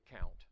count